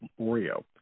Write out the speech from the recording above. Oreo